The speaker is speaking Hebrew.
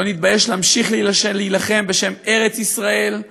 לא נתבייש להמשיך להילחם בשם ארץ-ישראל,